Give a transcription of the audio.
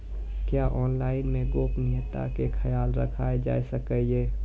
क्या ऑनलाइन मे गोपनियता के खयाल राखल जाय सकै ये?